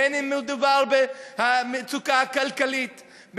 בין אם מדובר במצוקה הכלכלית,